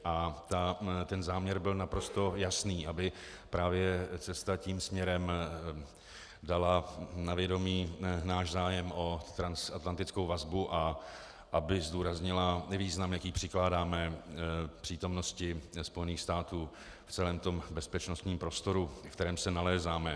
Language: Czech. A ten záměr byl naprosto jasný aby právě cesta tím směrem dala na vědomí náš zájem o transatlantickou vazbu a aby zdůraznila význam, jaký přikládáme přítomnosti Spojených států v celém bezpečnostním prostoru, ve kterém se nalézáme.